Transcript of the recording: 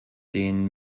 den